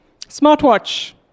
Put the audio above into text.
Smartwatch